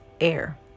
air